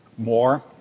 more